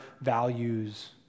values